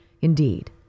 Indeed